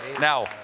now,